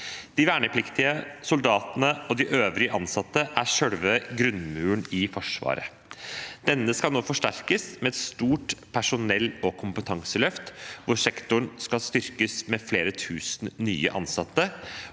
De vernepliktige soldatene og de øvrige ansatte er selve grunnmuren i Forsvaret. Denne skal nå forsterkes med et stort personell- og kompetanseløft, hvor sektoren skal styrkes med flere tusen nye ansatte,